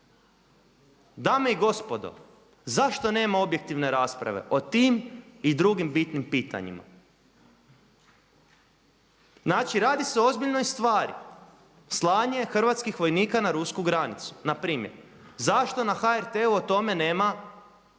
Dame i gospodo, zašto nema objektivne rasprave o tim i drugim bitnim pitanjima? Znači radi se o ozbiljnoj stvari, slanje hrvatskih vojnika na rusku granicu. Na primjer, zašto na HRT-u o tome nema